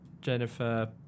Jennifer